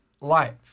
life